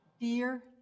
Dear